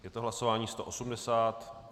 Je to hlasování 180.